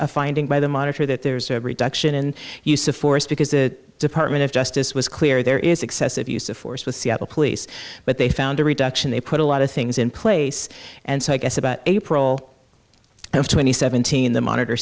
a finding by the monitor that there's a reduction in use of force because the department of justice was clear there is excessive use of force with seattle police but they found a reduction they put a lot of things in place and so i guess about april of twenty seventeen the monitor